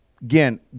again